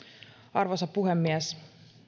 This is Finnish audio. arvoisa puhemies